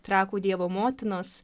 trakų dievo motinos